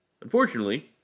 Unfortunately